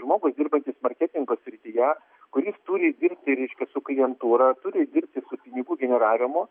žmogus dirbantis marketingo srityje kuris turi dirbti reiškia su klientūra turi dirbti pinigų generavimu